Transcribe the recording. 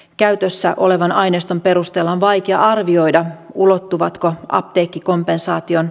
n käytössä olevan aineiston perusteella on vaikea arvioida ulottuvatko apteekkikompensaation